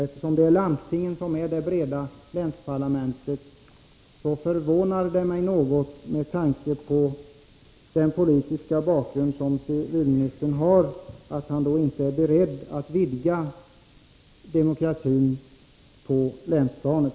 Eftersom landstingen är de breda länsparlamenten, förvånar det mig något att inte civilministern — med tanke på den politiska bakgrund han har — är beredd att vidga demokratin på länsplanet.